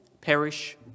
perish